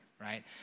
right